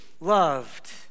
loved